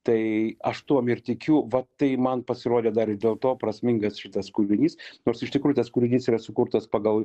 tai aš tuom ir tikiu va tai man pasirodė dar ir dėl to prasmingas šitas kūrinys nors iš tikrųjų tas kūrinys yra sukurtas pagal